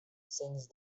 since